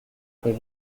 com